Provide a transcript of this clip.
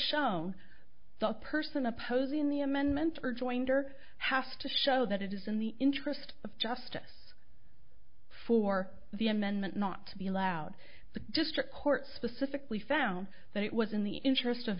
shown the person opposing the amendment or joined or have to show that it is in the interest of justice for the amendment not to be allowed but district court specifically found that it was in the interest of